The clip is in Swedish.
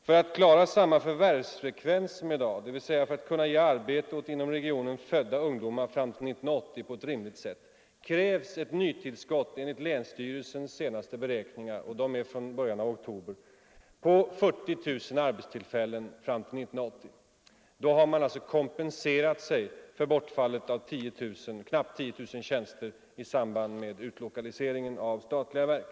För att man skall kunna klara sam ma förvärvsfrekvens som i dag, dvs. för att man på ett rimligt sätt skall kunna ge arbete åt inom regionen födda ungdomar fram till 1980, krävs enligt länsstyrelsens senaste beräkningar — och de är från början av oktober - ett nytillskott på 40 000 arbetstillfällen fram till 1980. Då har man alltså kompenserat sig för bortfallet av knappt 10 000 tjänster i samband med utlokaliseringen av statliga verk.